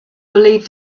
believed